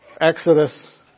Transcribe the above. Exodus